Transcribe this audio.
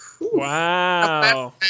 Wow